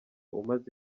umaze